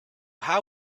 how